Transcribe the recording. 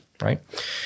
right